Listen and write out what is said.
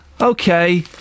okay